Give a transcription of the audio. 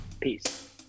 Peace